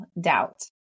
doubt